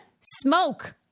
smoke